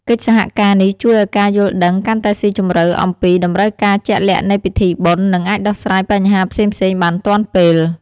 កិច្ចសហការនេះជួយឱ្យការយល់ដឹងកាន់តែស៊ីជម្រៅអំពីតម្រូវការជាក់លាក់នៃពិធីបុណ្យ និងអាចដោះស្រាយបញ្ហាផ្សេងៗបានទាន់ពេល។